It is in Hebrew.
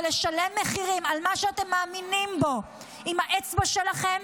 ולשלם מחירים על מה שאתם מאמינים בו עם האצבע שלכם,